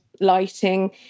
lighting